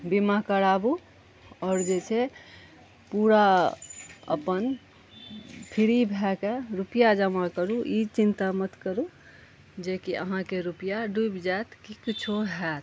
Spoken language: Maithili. बीमा कराबू आओर जे छै पूरा अपन फ्री भऽ कए रुपैआ जमा करू ई चिन्ता मत करू जेकि अहाँके रुपैआ डुबि जएत की किछो हएत